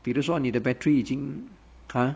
比如说你的 battery 已经 !huh!